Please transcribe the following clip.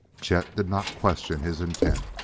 chet did not question his intent.